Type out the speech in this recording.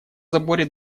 заборе